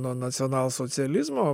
nuo nacionalsocializmo